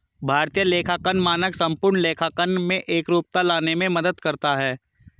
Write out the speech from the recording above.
भारतीय लेखांकन मानक संपूर्ण लेखांकन में एकरूपता लाने में मदद करता है